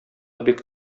бик